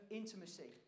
intimacy